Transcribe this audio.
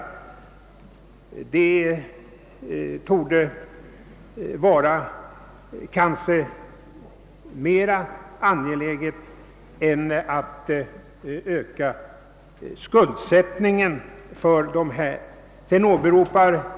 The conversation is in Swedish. Det torde vara mer angeläget än att öka skuldsättningen för de studerande.